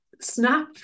snap